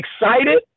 excited